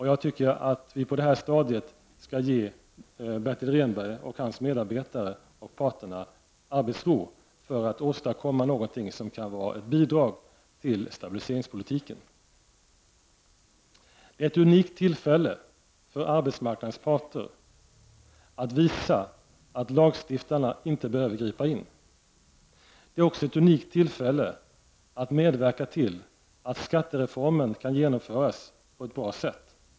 Jag tycker att vi på det här stadiet skall ge Bertil Rehnberg, hans medarbetare och parterna arbetsro så att de skall kunna åstadkomma något som kan vara ett bidrag till stabiliseringspolitiken. Det är ett unikt tillfälle för arbetsmarknadens parter att visa att lagstiftarna inte behöver gripa in. Det är också ett unikt tillfälle att medverka till att skattereformen kan genomföras på ett bra sätt.